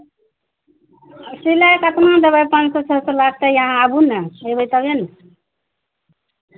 सिलाइ कतना देबै पाँच सए छओ सए लागतै अहाँ आबू ने अयबै तबे ने